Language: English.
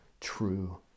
true